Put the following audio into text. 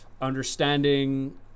understanding